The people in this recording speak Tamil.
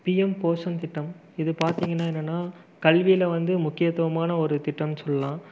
பிஎம் போஷன் திட்டம் இது பார்த்தீங்கன்னா என்னன்னா கல்வியில் வந்து முக்கியத்துவமான ஒரு திட்டம்னு சொல்லலாம்